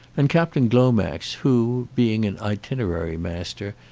and captain glomax, who, being an itinerary master,